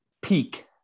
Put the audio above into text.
peak